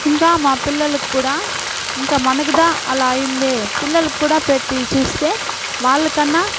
ఇంకా మా పిల్లలక్కూడా ఇంక మనకుదా అలా అయ్యిందే పిల్లలక్కూడా పెట్టి చూస్తే వాళ్లకన్నా